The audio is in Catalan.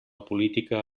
política